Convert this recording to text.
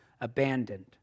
abandoned